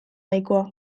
nahikoa